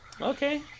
Okay